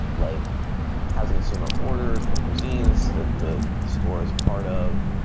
like has a consumer ordered from cuisines that the the store is a part of?